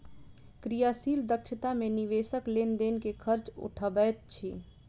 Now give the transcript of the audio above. क्रियाशील दक्षता मे निवेशक लेन देन के खर्च उठबैत अछि